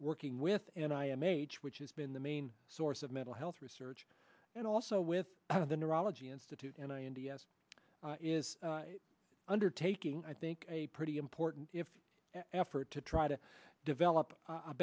working with and i m h which has been the main source of mental health research and also with the neurology institute and i n t s is undertaking i think a pretty important effort to try to develop a